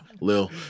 Lil